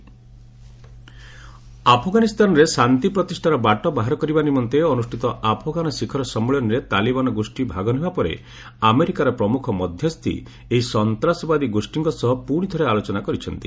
Afghan Taliban talk ଆଫଗାନିସ୍ଥାନରେ ଶାନ୍ତି ପ୍ରତିଷ୍ଠାର ବାଟ ବାହାର କରିବା ନିମନ୍ତେ ଅନୁଷ୍ଠିତ ଆଫଗାନ ଶିଖର ସମ୍ମିଳନୀରେ ତାଲିବାନ ଗୋଷ୍ଠୀ ଭାଗ ନେବା ପରେ ଆମେରିକାର ପ୍ରମୁଖ ମଧ୍ୟସ୍ଥି ଏହି ସନ୍ତାସବାଦୀ ଗୋଷ୍ଠୀଙ୍କ ସହ ପୁଣି ଥରେ ଆଲୋଚନା କରିଛନ୍ତି